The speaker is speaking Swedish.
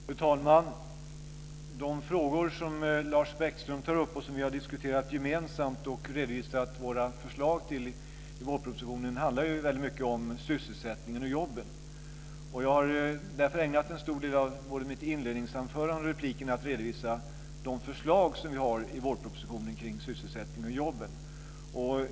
Fru talman! De frågor som Lars Bäckström tar upp och som vi gemensamt har diskuterat och redovisat våra förslag till i vårpropositionen handlar väldigt mycket om sysselsättningen och jobben. Jag har därför ägnat en stor del av både mitt inledningsanförande och replikerna till att redovisa de förslag som vi har i vårpropositionen kring sysselsättningen och jobben.